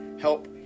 help